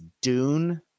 Dune